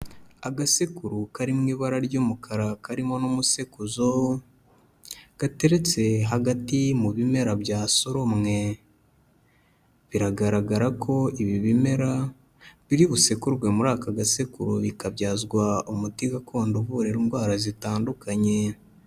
Agasekuru kari mu ibara ry'umukara, karimo n'umusekuzo gateretse hagati mu bimera bya soromwe, biragaragara ko ibi bimera biri busekurwe muri aka gasekuru bikabyazwa umuti gakondo uvura indwara zitandukanye.